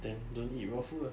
then don't eat raw food ah